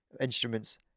instruments